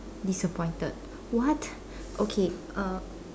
disappointed what okay uh